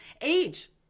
Age